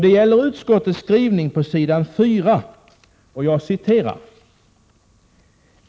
Det gäller utskottets skrivning på s. 4.